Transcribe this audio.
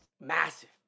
Massive